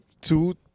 two